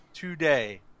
Today